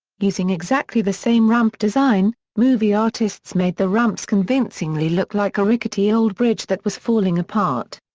using exactly the same ramp design, movie artists made the ramps convincingly look like a rickety old bridge that was falling apart.